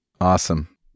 Awesome